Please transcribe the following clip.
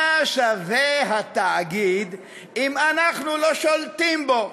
מה שווה התאגיד אם אנחנו לא שולטים בו?